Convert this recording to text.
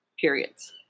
periods